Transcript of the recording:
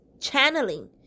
channeling